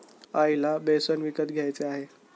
आईला बेसन विकत घ्यायचे आहे